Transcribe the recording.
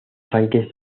tanques